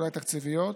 אולי תקציביות,